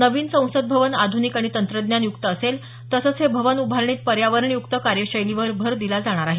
नवीन संसद भवन आध्निक आणि तंत्रज्ञान युक्त असेल तसंच हे भवन उभारणीत पर्यावरणय्क्त कार्यशैलीवर भर दिला जाणार आहे